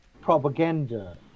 propaganda